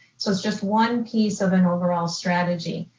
so it's just one piece of an overall strategy.